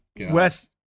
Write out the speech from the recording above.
West